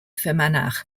fermanagh